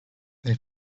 they